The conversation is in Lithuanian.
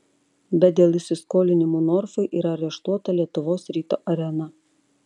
bet dėl įsiskolinimų norfai yra areštuota lietuvos ryto arena